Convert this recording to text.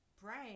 brain